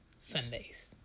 Sundays